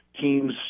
teams